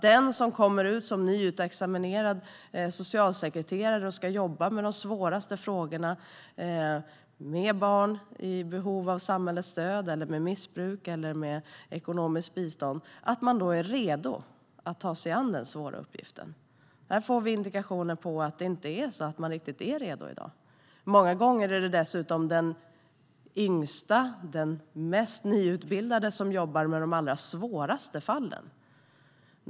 Den som kommer ut som nyutexaminerad socialsekreterare och ska jobba med de svåraste frågorna med barn i behov av samhällets stöd, med missbruk eller med ekonomiskt bistånd ska då vara redo att ta sig an den svåra uppgiften. Här får vi indikationer på att man inte är redo i dag. Många gånger är det ofta den yngsta, den mest nyutbildade som jobbar med de allra svåraste fallen.